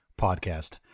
podcast